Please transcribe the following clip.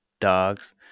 dogs